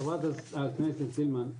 חברת הכנסת סילמן,